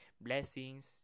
blessings